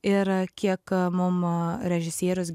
ir kiek mum režisierius